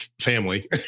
family